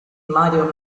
mario